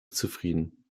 zufrieden